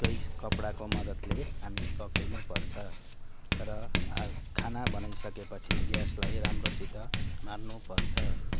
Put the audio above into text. कपडाको मदतले हामी पक्रिनुपर्छ र खाना बनाइसकेपछि ग्यासलाई राम्रोसित मार्नुपर्छ